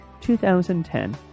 2010